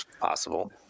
Possible